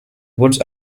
woods